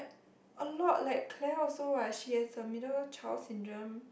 a lot like Claire also what she has a middle child syndrome